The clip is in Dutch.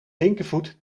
linkervoet